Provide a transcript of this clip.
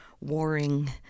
warring